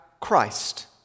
Christ